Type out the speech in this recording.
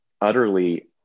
utterly